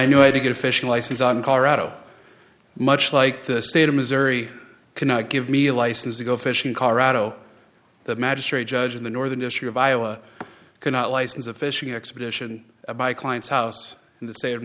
i knew i had to get a fishing license on colorado much like the state of missouri cannot give me a license to go fishing colorado the magistrate judge in the northern issue of iowa cannot license a fishing expedition of my client's house in the state of